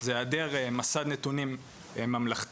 זה היעדר מסד נתונים ממלכתי.